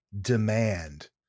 Demand